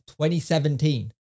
2017